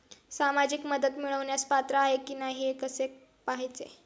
सामाजिक मदत मिळवण्यास पात्र आहे की नाही हे कसे पाहायचे?